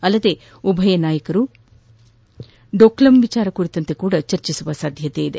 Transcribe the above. ಅಲ್ಲದೆ ಉಭಯ ನಾಯಕರು ಡೋಕ್ಲಾಮ್ ವಿಷಯ ಕುರಿತು ಚರ್ಚಿಸುವ ಸಾಧ್ಯತೆಯಿದೆ